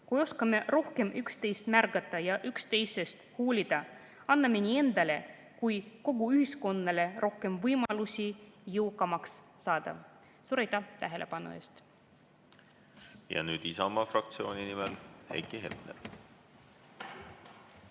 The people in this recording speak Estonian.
Kui oskame rohkem üksteist märgata ja üksteisest hoolida, anname nii endale kui ka kogu ühiskonnale rohkem võimalusi jõukamaks saada. Suur aitäh tähelepanu eest! Ja nüüd Isamaa fraktsiooni nimel Heiki Hepner.